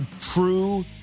true